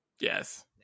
Yes